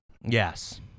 Yes